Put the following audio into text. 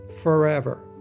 forever